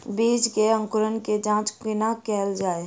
बीज केँ अंकुरण केँ जाँच कोना केल जाइ?